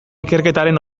ikerketaren